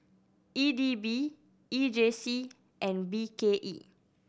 E D B E J C and B K E